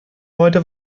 heute